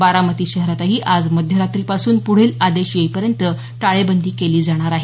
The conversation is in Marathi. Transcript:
बारामती शहरातही आज मध्यरात्रीपासून पुढील आदेश येईपर्यंत टाळेबंदी केली जाणार आहे